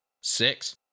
Six